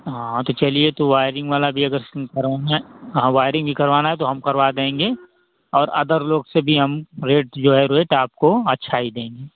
हाँ तो चलिए तो वाइरिंग वाला भी अगर करवाना है हाँ वाइरिंग भी करवाना है तो हम करवा देंगे और अदर लोग से भी हम रेट जो है रेट आपको अच्छा ही देंगे